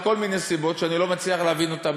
מכל מיני סיבות שאני לא מצליח להבין אותן,